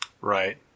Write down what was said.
Right